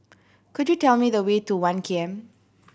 could you tell me the way to One K M